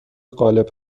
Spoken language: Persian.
غالب